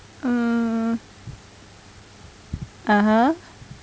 mm (uh huh)